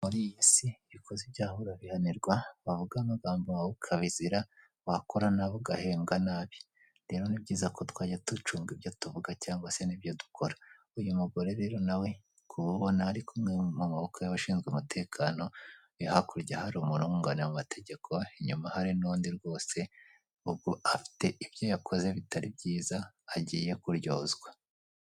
Muri iyi iyo ukoze ibyaha urabihanirwa bavuga amagambo mabi ukabizira wakora na ugahembwa nabi rero ni byiza ko twajya ducunga ibyo tuvuga cyangwa se nibyo dukora uyu mugore rero nawe wabona ari kumwe mumaboko y'abashinzwe umutekano hakurya hari umwunganira mu mategeko inyuma hari n'undi rwose ubwo afite ibyo yakoze bitari byiza agiye kuryozwa.